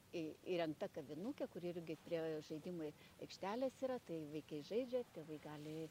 į įrengta kavinukė kuri irgi prie žaidimų ai aikštelės yra tai vaikai žaidžia tėvai gali